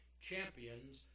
champions